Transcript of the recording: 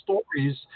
stories